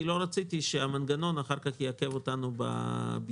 כי לא רציתי שהמנגנון אחר כך יעכב אותנו בביצוע.